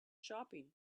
shopping